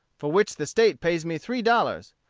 for which the state pays me three dollars.